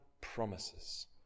promises